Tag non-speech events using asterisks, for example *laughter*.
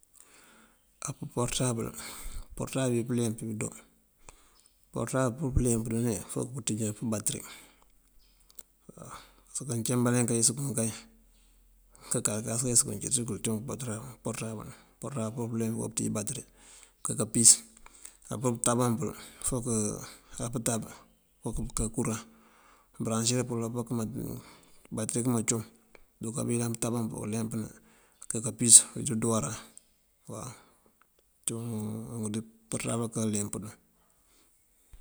Á pëmporëtabël, porëtabël bí mëpëleemp bí pëndo. Porëtabël pur pëleemp dune fok pënţíj pëbatëri *hesitation* fok kancambale kayës kunkay cínţ kuncíwun porëtabël. Porëtabël pur pëleemp fok pënká batërin pënká kampis. Á pur pëntában pël fok kënká kuraŋ këbëraŋësir pël apakëma, batëri këma acum këndunkee bí iyël pëntában pël kurëleempëna, kënká kampis kuncí dúuwaran. Cúun *hesitation* unk dí porëtabël akëpëleempëna.